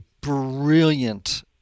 brilliant